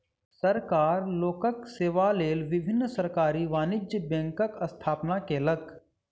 सरकार लोकक सेवा लेल विभिन्न सरकारी वाणिज्य बैंकक स्थापना केलक